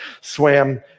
swam